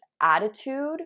attitude